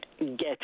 get